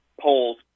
polls